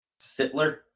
Sittler